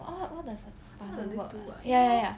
wha~ what does how does this work ah ya ya ya